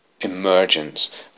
emergence